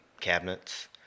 cabinets